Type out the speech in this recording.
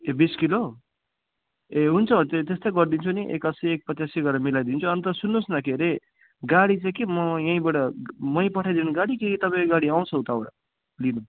ए बिस किलो ए हुन्छ हुन्छ त्यस्तै गरिदिन्छु नि एक अस्सी एक पचासी गरेर मिलाइदिन्छु अन्त सुन्नुहोस् न के अरे गाडी चाहिँ के म यहीँबाट मै पठाइदिनु गाडी कि तपाईँको गाडी आउँछ उताबाट लिनु